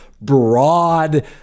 broad